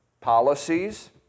policies